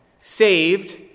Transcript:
saved